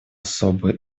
особый